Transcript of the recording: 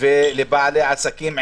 ולבעלי עסקים,